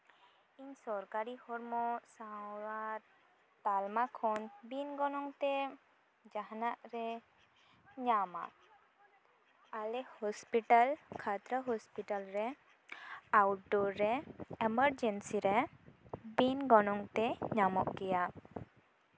ᱤᱧ ᱥᱚᱨᱠᱟᱨᱤ ᱦᱚᱲᱢᱚ ᱥᱟᱶᱟᱨ ᱛᱟᱞᱢᱟ ᱠᱷᱚᱱ ᱵᱤᱱ ᱜᱚᱱᱚᱝᱛᱮ ᱡᱟᱦᱟᱱᱟᱜ ᱨᱮ ᱧᱟᱢᱟ ᱟᱞᱮ ᱦᱚᱥᱯᱤᱴᱟᱞ ᱠᱷᱟᱛᱲᱟ ᱦᱚᱥᱯᱤᱴᱟᱞ ᱨᱮ ᱟᱣᱩᱴᱰᱳᱨ ᱨᱮ ᱮᱢᱟᱨᱡᱮᱱᱥᱤ ᱨᱮ ᱵᱤᱱ ᱜᱚᱱᱚᱝᱛᱮ ᱧᱟᱢᱚᱜ ᱜᱮᱭᱟ